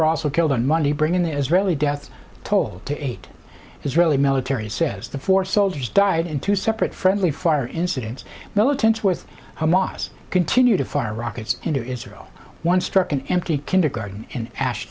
also killed on monday bringing the israeli death toll to eight israeli military says the four soldiers died in two separate friendly fire incidents militants with hamas continue to fire rockets into israel one struck an empty kindergarten in ash